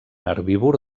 herbívor